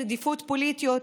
רדיפות פוליטיות,